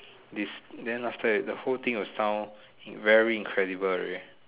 this then after that the whole thing will sound very incredible already